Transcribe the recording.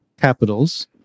capitals